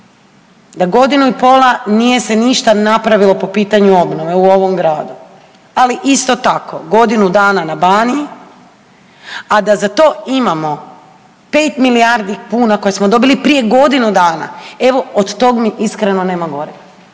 da godinu i pola nije se ništa napravilo po pitanju obnove u ovom gradu, ali isto tako godinu dana na Baniji a da za to imamo 5 milijardi kuna koje smo dobili prije godinu dana, evo od tog mi iskreno nema gorega.